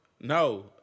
No